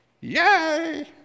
yay